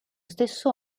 stesso